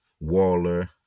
Waller